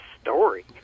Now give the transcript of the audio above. story